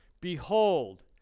Behold